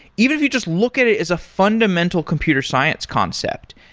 even if you just look at it as a fundamental computer science concept,